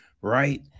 right